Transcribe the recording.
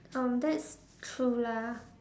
um that's true lah